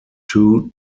two